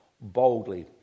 boldly